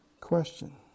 question